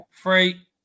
Three